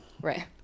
Right